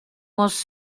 was